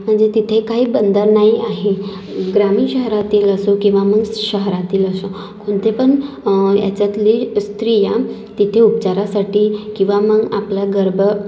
म्हणजे तिथे काही बंधन नाही आहे ग्रामीण शहरातील असो किंवा मग शहरातील असो कोणते पण ह्याच्यातली स्त्रिया तिथे उपचारासाठी किंवा मग आपल्या गर्भ